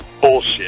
bullshit